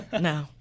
no